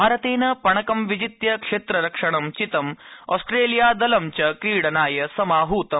भारतेन पणकं विजित्य क्षेत्ररक्षणं चितम् ऑस्ट्रेलिया दलं च क्रीडनाय समाहतम्